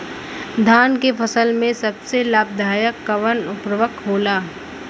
धान के फसल में सबसे लाभ दायक कवन उर्वरक होला?